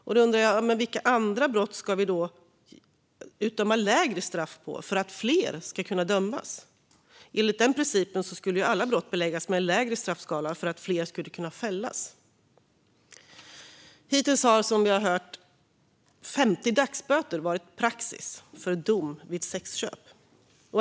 Men för vilka andra brott ska vi utdöma lägre straff för att fler ska dömas? Enligt den principen skulle alla brott beläggas med lägre straffskala för att fler ska kunna fällas. Hittills har, som vi har hört, 50 dagsböter varit praxis för dom vid sexköp.